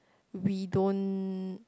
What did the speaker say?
we don't